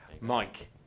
Mike